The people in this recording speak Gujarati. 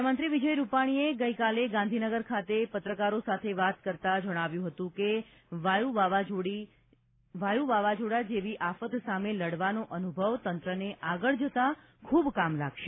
મુખ્યમંત્રી વિજય રૂપાણીએ ગઇકાલે ગાંધીનગર ખાતે પત્રકારો સાથે વાત કરતા જણાવ્યું હતું કે વાયુ વાવાઝોડા જેવી આફત સામે લડવાનો અનુભવ તંત્રને આગળ જતા ખુબ કામ લાગશે